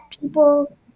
people